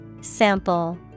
Sample